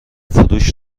فروش